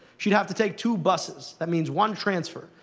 she'd have to take two buses. that means one transfer.